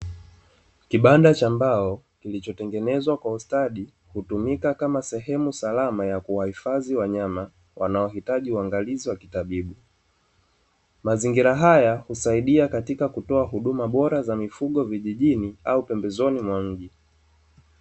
KIbanda cha mbao kilichotengenezwa kwa ustadi, hutumika kama sehemu salama ya kuwahifadhi wanyama wanaohitaji uangalizi wa kitabibu. Mazingira haya husaidia katika kutoa huduma bora za mifugo vijijini au pembezoni mwa mji.